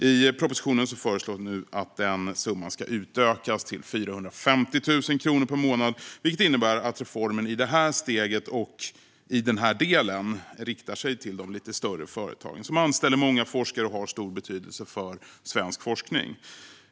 I propositionen föreslås att den summan ska utökas till 450 000 kronor per månad, vilket innebär att reformen i det här steget och i den här delen riktar sig till de lite större företagen som anställer många forskare och har stor betydelse för svensk forskning.